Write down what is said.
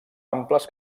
amples